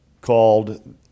called